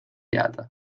jääda